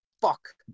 fuck